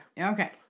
Okay